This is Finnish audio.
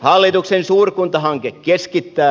hallituksen suurkuntahanke keskittää